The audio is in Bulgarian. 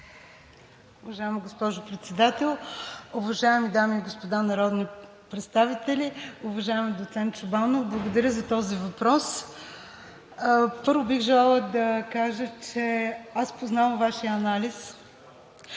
Уважаема госпожо Председател, уважаеми дами и господа народни представители! Уважаеми доцент Чобанов, благодаря за този въпрос. Първо, бих желала да кажа, че аз познавам Вашия анализ